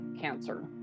cancer